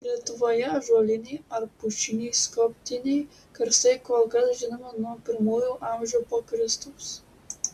lietuvoje ąžuoliniai ar pušiniai skobtiniai karstai kol kas žinomi nuo pirmųjų amžių po kristaus